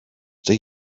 they